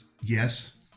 Yes